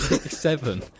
seven